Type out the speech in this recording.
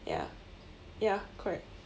ya ya correct